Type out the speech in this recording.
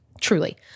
truly